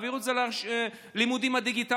תעבירו את זה ללימודים הדיגיטליים,